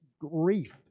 grief